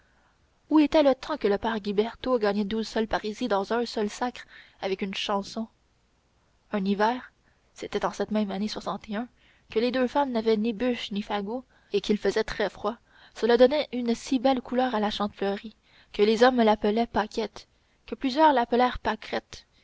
où était le temps que le père guybertaut gagnait douze sols parisis dans un seul sacre avec une chanson un hiver cétait en cette même année que les deux femmes n'avaient ni bûches ni fagots et qu'il faisait très froid cela donna de si belles couleurs à la chantefleurie que les hommes l'appelaient paquette que plusieurs l'appelèrent pâquerette